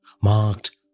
marked